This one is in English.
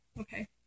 Okay